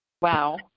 Wow